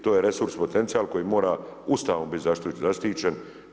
To je resurs potencijal koji mora Ustavom bit zaštićen.